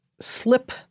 slip